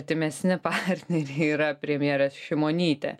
artimesni partneriai yra premjerė šimonytė